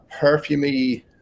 perfumey